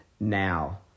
now